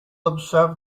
observe